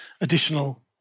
additional